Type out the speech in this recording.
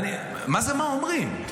מה זה "מה אומרים"?